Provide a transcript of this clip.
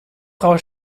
frau